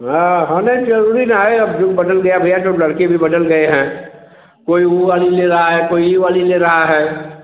हाँ हाँ नहीं नहीं ज़रूरी ना है अब युग बदल गया भैया जो लड़के भी बदल गए हैं कोई वह वाली ले रहा है कोई यह वाली ले रहा है